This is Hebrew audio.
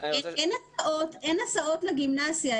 אין הסעות לגימנסיה,